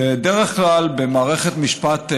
בדרך כלל, במערכת משפט נורמלית,